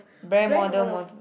bare model model